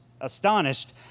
astonished